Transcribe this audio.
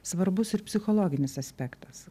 svarbus ir psichologinis aspektas